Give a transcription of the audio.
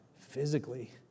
physically